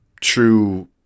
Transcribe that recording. true